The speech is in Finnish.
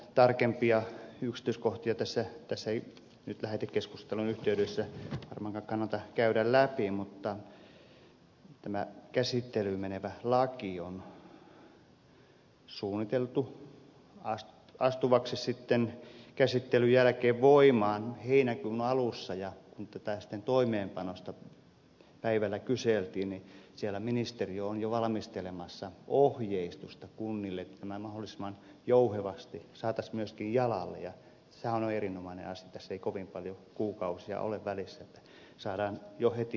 tarkempia yksityiskohtia ei nyt tässä lähetekeskustelun yhteydessä varmaankaan kannata käydä läpi mutta tämä käsittelyyn menevä laki on suunniteltu astuvaksi sitten käsittelyn jälkeen voimaan heinäkuun alussa ja kun tästä toimeenpanosta päivällä kyseltiin niin siellä ministeriö on jo valmistelemassa ohjeistusta kunnille että tämä mahdollisimman jouhevasti saataisiin myöskin jalalle ja sehän on erinomainen asia kun tässä ei kovin paljon kuukausia ole välissä että saadaan jo heti käytäntöön